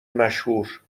مشهور